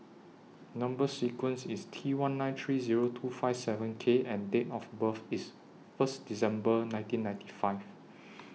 Number sequence IS T one nine three Zero two five seven K and Date of birth IS First December nineteen ninety five